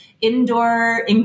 indoor